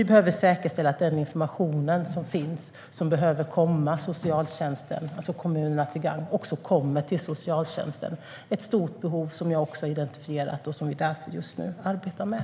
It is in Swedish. Vi behöver säkerställa att den information som finns och som behöver komma socialtjänsten, alltså kommunerna, till del också kommer till socialtjänsten. Det är ett stort behov som jag har identifierat och som vi därför just nu arbetar med.